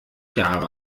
jahre